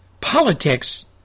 politics